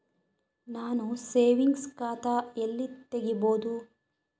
ನಾನು ಸೇವಿಂಗ್ಸ್ ಖಾತಾ ಎಲ್ಲಿ ತಗಿಬೋದು?